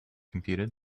computed